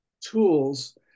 tools